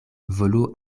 volu